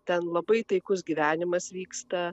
ten labai taikus gyvenimas vyksta